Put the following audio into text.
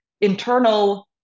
internal